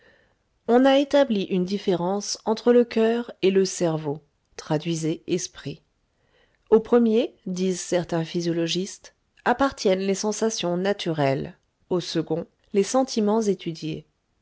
on a établi une différence entre le coeur et le cerveau traduisez esprit au premier disent certains physiologistes appartiennent les sensations naturelles au second les sentiments étudiés